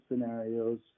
scenarios